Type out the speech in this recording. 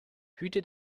hüte